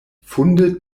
funde